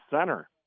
center